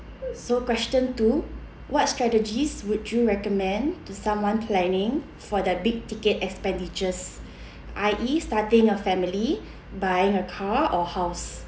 so question two what strategies would you recommend to someone planning for the big ticket expenditures I_E starting a family buying a car or house